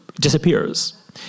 disappears